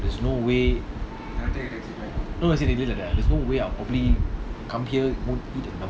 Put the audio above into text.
there's no way no as in there's no way I'll probably come here